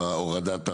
הורדת האחוז.